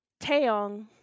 Taeyong